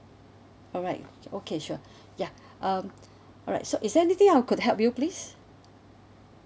alright okay sure ya um alright so is there anything else I could help you please